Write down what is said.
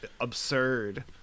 absurd